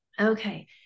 Okay